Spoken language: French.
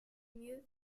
mieux